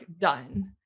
done